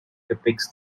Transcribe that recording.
depicts